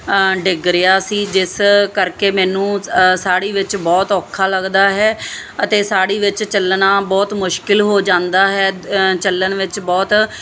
ਡਿੱਗ ਰਿਹਾ ਸੀ ਜਿਸ ਕਰਕੇ ਮੈਨੂੰ ਸਾੜੀ ਵਿੱਚ ਬਹੁਤ ਔਖਾ ਲੱਗਦਾ ਹੈ ਅਤੇ ਸਾੜੀ ਵਿੱਚ ਚੱਲਣਾ ਬਹੁਤ ਮੁਸ਼ਕਿਲ ਹੋ ਜਾਂਦਾ ਹੈ ਚੱਲਣ ਵਿੱਚ ਬਹੁਤ